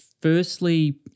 Firstly